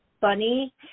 funny